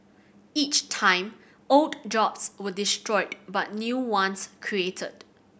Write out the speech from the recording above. each time old jobs were destroyed but new ones created